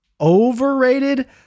overrated